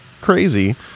crazy